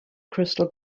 crystal